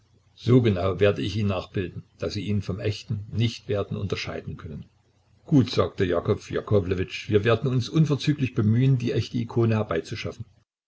so genau werde ich ihn nachbilden daß sie ihn vom echten nicht werden unterscheiden können gut sagte jakow jakowlewitsch wir werden uns unverzüglich bemühen die echte ikone herbeizuschaffen